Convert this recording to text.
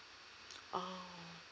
oh